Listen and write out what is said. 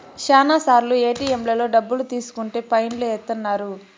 శ్యానా సార్లు ఏటిఎంలలో డబ్బులు తీసుకుంటే ఫైన్ లు ఏత్తన్నారు